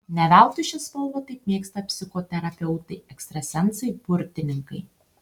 ne veltui šią spalvą taip mėgsta psichoterapeutai ekstrasensai burtininkai